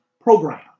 program